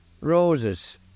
roses